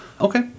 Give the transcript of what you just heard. Okay